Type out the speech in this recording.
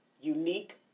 unique